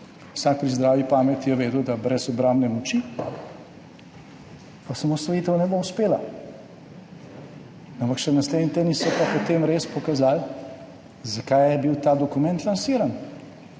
Vsak pri zdravi pameti je vedel, da brez obrambne moči osamosvojitev ne bo uspela. Ampak naslednji tedni so pa potem res pokazali, zakaj je bil ta dokument lansiran.